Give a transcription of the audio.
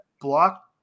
block